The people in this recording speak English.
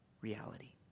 reality